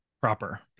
proper